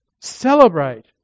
celebrate